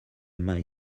mai